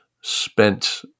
spent